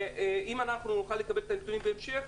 אם נוכל לקבל את הנתונים בהמשך,